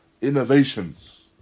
innovations